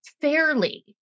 Fairly